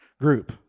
group